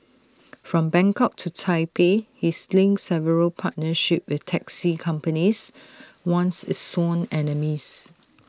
from Bangkok to Taipei he's link several partnerships with taxi companies once its sworn enemies